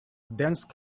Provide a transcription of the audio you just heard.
dense